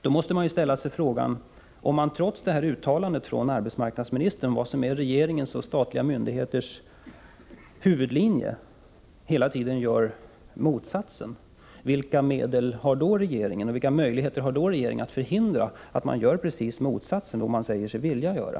Då måste man ställa sig frågan: Vilken är 8 :: ä a UGL AE : z 28 februari 1985 regeringens och statliga myndigheters huvudlinje, när man hela tiden gör precis tvärtom mot vad som enligt arbetsmarknadsministerns uttalande är Z ä :- å lane i ad Om informationsregeringens avsikt? Vilka möjligheter har regeringen att förhindra att man likt beträffande gör precis motsatsen till vad regeringen säger sig vilja göra?